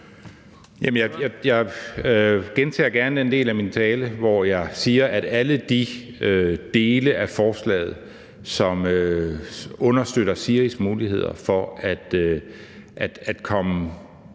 jeg gentager gerne den del af min tale, hvor jeg siger, at alle de dele af forslaget, som understøtter SIRI's muligheder for at komme